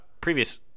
previous